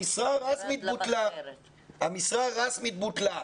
המשרה רשמית בוטלה,